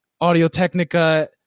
Audio-Technica